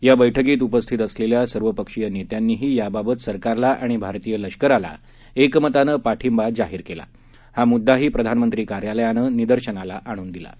या बैठकीत उपस्थित असलेल्या सर्वपक्षीय नेत्यांनीही याबाबत सरकारला आणि भारतीय लष्कराला एकमतानं पाठिंबा जाहीर केला हा मुद्दाही प्रधामंत्री कार्यालयानं निदर्शनाला आणून दिला आहे